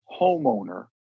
homeowner